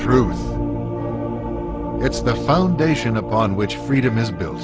truth it's the foundation upon which freedom is buil